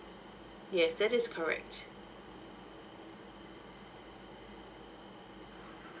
yes that is correct